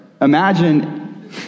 Imagine